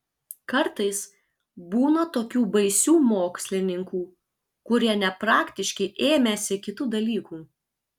kartais būna tokių baisių mokslininkų kurie nepraktiški ėmęsi kitų dalykų